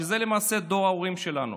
שזה למעשה דור ההורים שלנו.